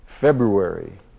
February